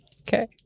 okay